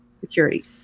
Security